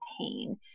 pain